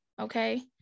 okay